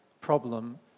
problem